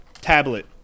tablet